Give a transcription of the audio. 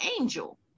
angel